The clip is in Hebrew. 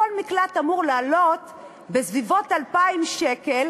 שכל מקלט אמור לעלות בסביבות 2,000 שקל